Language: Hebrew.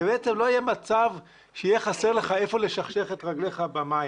ובעצם לא יהיה מצב שיהיה חסר לך היכן לשכשך את רגליך במים.